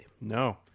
No